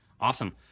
awesome